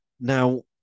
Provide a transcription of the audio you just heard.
now